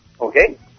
Okay